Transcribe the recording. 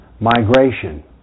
migration